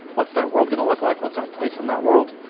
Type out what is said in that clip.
what's that world going to look like? what's our place in that world?